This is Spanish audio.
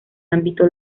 ámbito